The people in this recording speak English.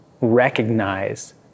recognize